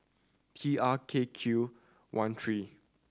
T R K Q one three